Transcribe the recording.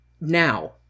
now